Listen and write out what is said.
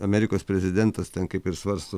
amerikos prezidentas ten kaip ir svarsto